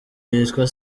yitwa